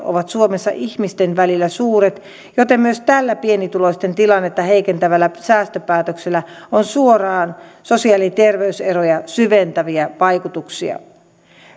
ovat suomessa ihmisten välillä suuret joten myös tällä pienituloisten tilannetta heikentävällä säästöpäätöksellä on suoraan sosiaali ja terveyseroja syventäviä vaikutuksia